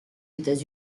états